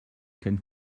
kennt